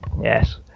Yes